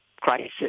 crisis